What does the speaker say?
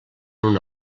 una